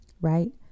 right